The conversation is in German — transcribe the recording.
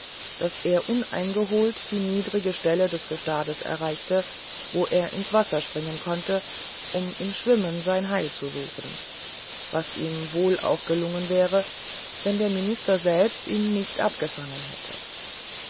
daß er uneingeholt die niedrige stelle des gestades erreichte wo er ins wasser springen konnte um im schwimmen sein heil zu suchen was ihm wohl auch gelungen wäre wenn der minister selber ihn nicht abgefangen hätte